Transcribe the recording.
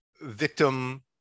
victim